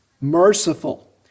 merciful